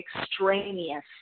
extraneous